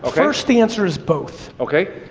ah first answer is both. okay,